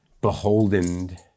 beholden